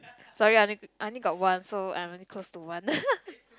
sorry I only I only got one so I'm only close to one